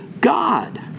God